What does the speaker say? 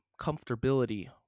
comfortability